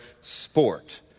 sport